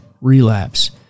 relapse